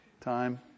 Time